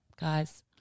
guys